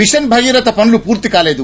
machine Bhagiratha పనులు పూర్తి కాలేదు